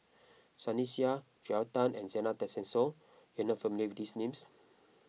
Sunny Sia Joel Tan and Zena Tessensohn you are not familiar with these names